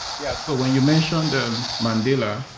yeah. so when you mentioned mandela,